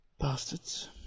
Bastards